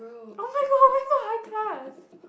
oh-my-god why so high class